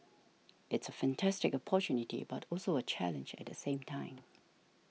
it's a fantastic opportunity but also a challenge at the same time